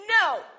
no